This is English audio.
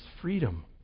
freedom